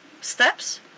steps